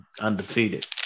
undefeated